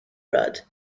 rudd